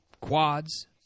quads